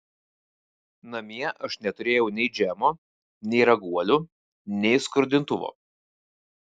namie aš neturėjau nei džemo nei raguolių nei skrudintuvo